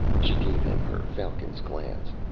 she gave him her falcon's glance.